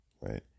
Right